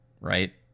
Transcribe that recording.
right